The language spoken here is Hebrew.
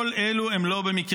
כל אלו הם לא במקרה,